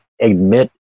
admit